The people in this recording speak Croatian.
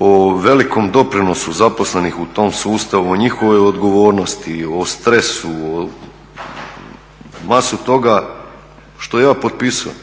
o velikom doprinosu zaposlenih u tom sustavu njihove odgovornosti, o stresu, o masu toga što ja potpisujem.